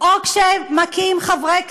או כשמכים חברי כנסת,